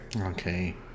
Okay